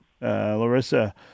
Larissa